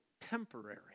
temporary